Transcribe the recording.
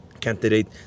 candidate